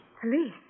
Police